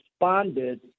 responded